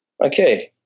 okay